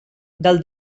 del